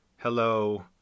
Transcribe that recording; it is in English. hello